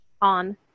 on